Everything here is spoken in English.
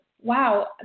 wow